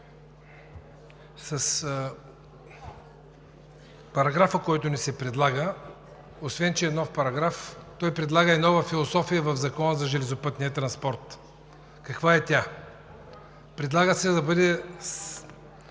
параграфът, който ни се предлага, освен че е нов, той предлага и нова философия в Закона за железопътния транспорт. Каква е тя? Предлага се да бъде